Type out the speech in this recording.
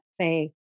say